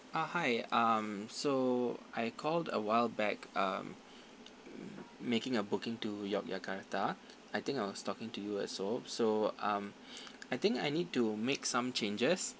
ah hi um so I called a while back um making a booking to yogyakarta I think I was talking to you also so um I think I need to make some changes